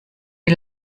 wie